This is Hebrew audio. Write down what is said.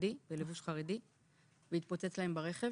הוא היה בלבוש חרדי והוא התפוצץ להם ברכב.